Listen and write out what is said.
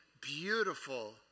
beautiful